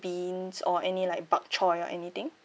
beans or any like bok choy or anything